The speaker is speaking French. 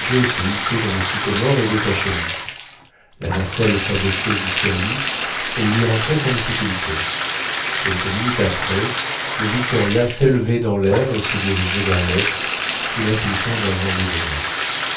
dans les sycomores et détachait l'ancre la nacelle s'abaissait jusqu'à lui et il y rentrait sans difficulté quelques minutes après le victoria s'élevait dans l'air et se dirigeait vers l'est sous l'impulsion d'un vent modéré